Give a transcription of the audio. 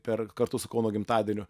per kartu su kauno gimtadieniu